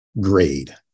grade